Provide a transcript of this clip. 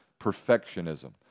perfectionism